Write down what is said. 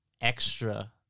extra